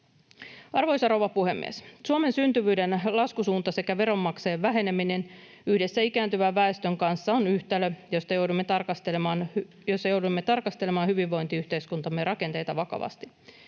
Arvoisa rouva puhemies! Suomen syntyvyyden laskusuunta sekä veronmaksajien väheneminen yhdessä ikääntyvän väestön kanssa on yhtälö, jossa joudumme tarkastelemaan vakavasti hyvinvointiyhteiskuntamme rakenteita ja sitä,